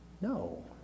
No